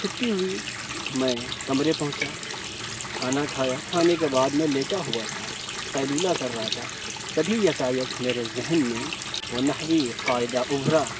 چھٹی ہوئی میں کمرے پہنچا کھانا کھایا کھانے کے بعد میں لیٹا ہوا تھا قیلولہ کر رہا تھا تبھی یکایک میرے ذہن میں وہ نحوی قاعدہ ابھرا